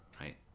Right